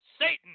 satan